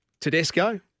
Tedesco